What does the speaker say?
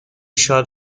شاد